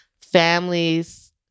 families